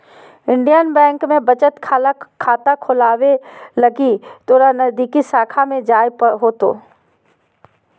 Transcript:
Indian Bank में बचत खाता खोलावे लगी तोरा नजदीकी शाखा में जाय होतो